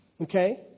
okay